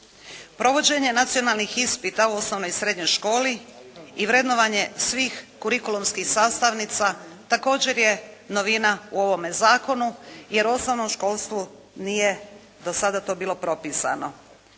Provođenje nacionalnih ispita u osnovnoj i srednjoj školi i vrednovanje svih kurikulumskih sastavnica, također je novina u ovome zakonu, jer osnovnom školstvu nije do sada to bilo propisano.